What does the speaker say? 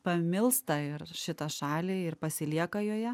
pamilsta ir šitą šalį ir pasilieka joje